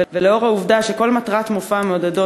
ולנוכח העובדה שכל מטרת מופע המעודדות